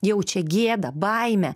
jaučia gėdą baimę